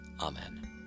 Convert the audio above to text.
Amen